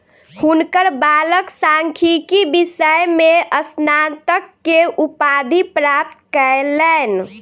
हुनकर बालक सांख्यिकी विषय में स्नातक के उपाधि प्राप्त कयलैन